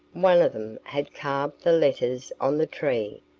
one of them had carved the letters on the tree,